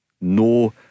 no